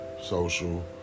social